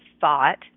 thought